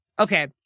Okay